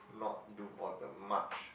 not do all the march